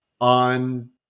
on